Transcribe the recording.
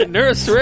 Nurse